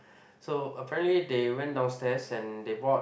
so apparently they went downstairs and they bought